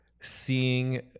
seeing